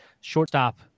shortstop